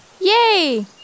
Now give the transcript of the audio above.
Yay